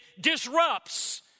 disrupts